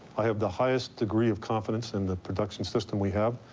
i have the highest degree of confidence in the production system we have,